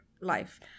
life